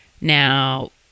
Now